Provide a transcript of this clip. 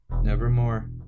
Nevermore